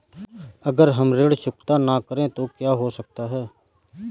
अगर हम ऋण चुकता न करें तो क्या हो सकता है?